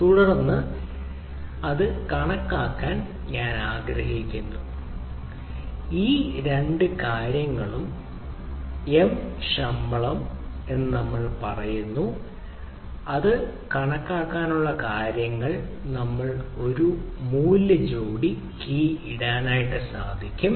അവിടെ നിന്ന് കണക്കാക്കാൻ നമ്മൾ ആഗ്രഹിക്കുന്നു ഈ രണ്ട് കാര്യങ്ങൾ എം ശമ്പളം പറയുന്നു അതാതുതന്നെ അവർ ഇത്തരത്തിലുള്ള കാര്യങ്ങൾ ചെയ്യാൻ ആഗ്രഹിക്കുന്നു അല്ലെങ്കിൽ എനിക്ക് ഒരു കീ മൂല്യ ജോഡി നേടാനാകും